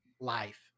life